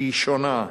שהיא שונה,